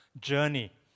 journey